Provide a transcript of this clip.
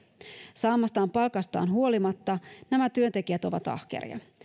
saamastaan palkasta huolimatta nämä työntekijät ovat ahkeria